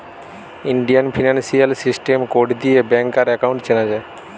Indian financial system code দিয়ে ব্যাংকার account চেনা যায়